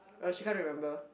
oh she can't remember